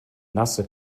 nasse